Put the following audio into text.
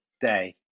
day